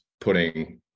putting